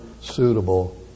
suitable